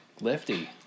Lefty